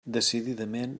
decididament